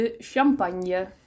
Champagne